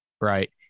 right